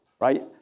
right